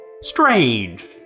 Strange